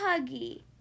huggy